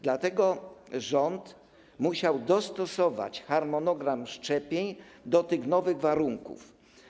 Dlatego rząd musiał dostosować harmonogram szczepień do tych nowych warunków.